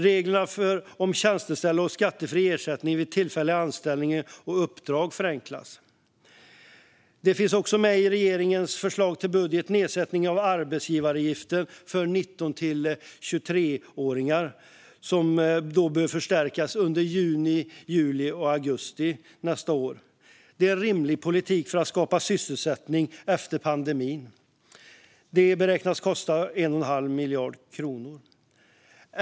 Reglerna om tjänsteställe och skattefri ersättning vid tillfälliga anställningar och uppdrag förenklas. I regeringens förslag till budget finns också en nedsättning av arbetsgivaravgifter för 19-23-åringar, som bör förstärkas under juni, juli och augusti nästa år. Det är en rimlig politik för att skapa sysselsättning efter pandemin. Detta beräknas kosta 1 1⁄2 miljard kronor.